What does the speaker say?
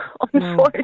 unfortunately